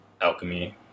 alchemy